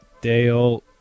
Dale